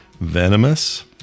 Venomous